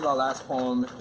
last poem